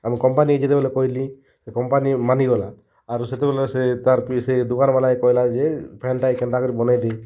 ଆମ କମ୍ପାନୀ ଯେତେବେଳେ କହିଲି ସେ କମ୍ପାନୀ ମାନିଗଲା ଆରୁ ସେତେବେଳେ ସେ ତାର୍ ସେ ଦୁକାନ୍ବାଲା କହିଲା ଯେ ଫ୍ୟାନ୍ଟା ଏଇ ଖେନେ ତାଙ୍କର ବନାଇ ଦିଏ